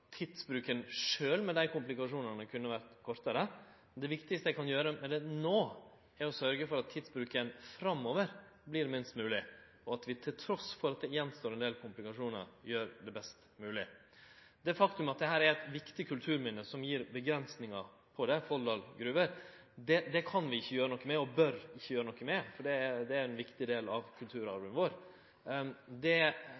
tidsbruken sjølv med dei komplikasjonane kunne ha vore kortare. Det viktigaste ein kan gjere no, er å sørgje for at tidsbruken framover vert minst mogleg, og at vi til tross for at det står att ein del komplikasjonar, gjer det best mogleg. Det faktum at Folldal Gruver er eit viktig kulturminne som set grenser, kan vi ikkje gjere noko med og bør ikkje gjere noko med, for det er ein viktig del av